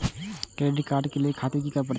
Credit card ले खातिर की करें परतें?